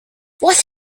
what